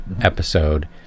episode